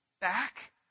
back